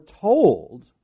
told